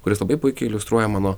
kuris labai puikiai iliustruoja mano